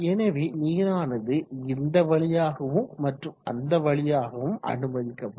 எனவே நீரானது இந்த வழியாகவும் மற்றும் அந்த வழியாகவும் அனுமதிக்கப்படும்